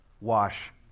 wash